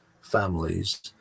families